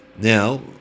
Now